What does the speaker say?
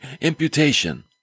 imputation